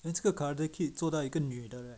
then 这个 karate kid 做到一个女的 right